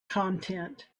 content